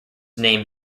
named